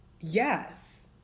yes